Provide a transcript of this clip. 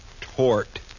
Tort